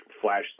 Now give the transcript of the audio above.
flash